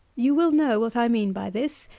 you will know what i mean by this,